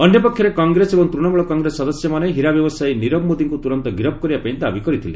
ଅନ୍ୟପକ୍ଷରେ କଂଗ୍ରେସ ଏବଂ ତୃଶମ୍ବଳ କଂଗ୍ରେସ ସଦସ୍ୟମାନେ ହୀରା ବ୍ୟବସାୟୀ ନିରବ ମୋଦିଙ୍କ ତ୍ରରନ୍ତ ଗିରଫ କରିବାପାଇଁ ଦାବି କରିଥିଲେ